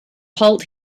holt